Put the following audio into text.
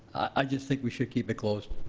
i just think we should keep it closed.